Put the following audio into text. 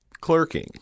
clerking